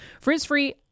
Frizz-free